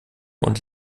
und